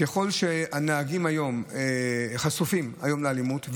ככל שהנהגים חשופים היום לאלימות,